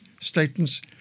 statements